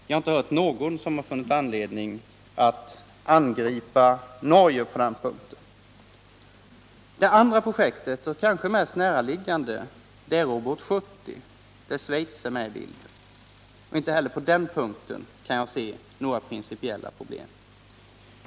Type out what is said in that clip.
Jag har inte hört någon som har funnit anledning att angripa Norge på den punkten. Det andra projektet, kanske mest näraliggande, är Robot 70, där Schweiz är med i bilden. Inte heller på den punkten kan jag se några principiella problem.